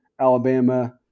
alabama